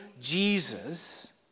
Jesus